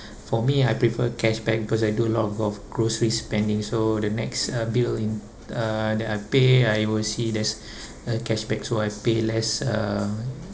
for me I prefer cashback because I do a lot of golf grocery spending so the next uh billing uh that I pay I will see there's a cashback so I pay less uh